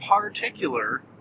particular